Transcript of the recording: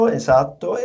esatto